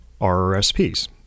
RRSPs